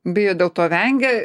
bijo dėl to vengia